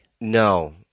No